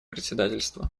председательства